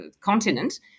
continent